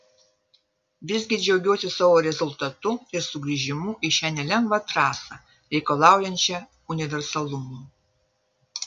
visgi džiaugiuosi savo rezultatu ir sugrįžimu į šią nelengvą trasą reikalaujančią universalumo